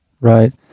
Right